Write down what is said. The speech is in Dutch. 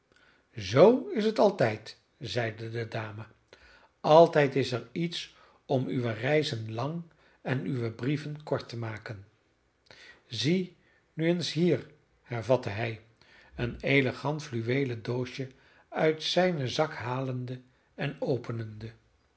zoo is het altijd zeide de dame altijd is er iets om uwe reizen lang en uwe brieven kort te maken zie nu eens hier hervatte hij een elegant fluweelen doosje uit zijnen zak halende en openende